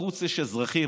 בחוץ יש אזרחים.